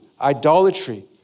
idolatry